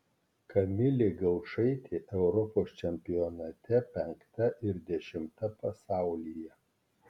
kamilė gaučaitė europos čempionate penkta ir dešimta pasaulyje